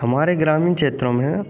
हमारे ग्रामीण क्षेत्रों में